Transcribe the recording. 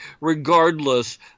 regardless